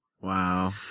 Wow